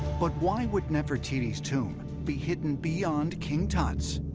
but why would nefertiti's tomb be hidden beyond king tut's?